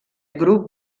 grup